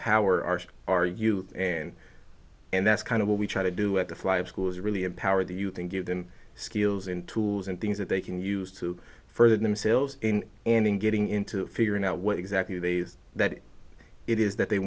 empower our our you and and that's kind of what we try to do at the flight schools really empower the youth and give them skills and tools and things that they can use to further themselves in and in getting into figuring out what exactly they that it is that they